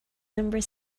number